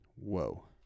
Whoa